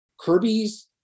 Kirby's